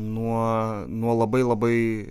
nuo nuo labai labai